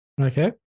Okay